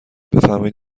بفرمایید